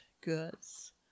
goods